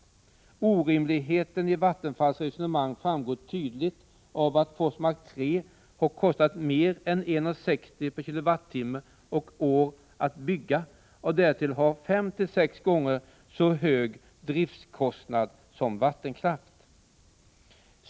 Orimligheten i Vattenfalls resonemang framgår tydligt av att Forsmark 3 har kostat mer än 1:60 kr. per kWh och år att bygga och därtill har 5-6 gånger så hög driftskostnad som vattenkraften.